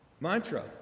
mantra